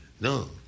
No